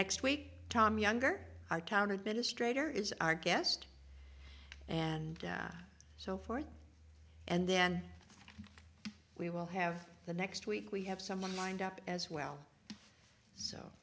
next week tom younger i counted been straighter is our guest and so forth and then we will have the next week we have someone lined up as well so